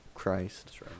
christ